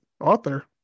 author